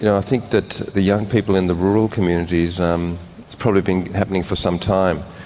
you know i think that the young people in the rural communities um it's probably been happening for some time.